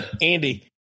Andy